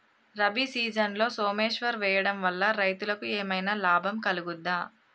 రబీ సీజన్లో సోమేశ్వర్ వేయడం వల్ల రైతులకు ఏమైనా లాభం కలుగుద్ద?